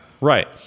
right